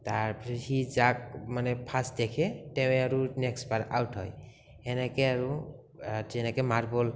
তাৰ সি যাক মানে ফাৰ্চ দেখে তেওঁৱে আৰুনেক্সট বাৰ আউট হয় হেনেকে আৰু যেনেকে মাৰ্বল